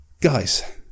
guys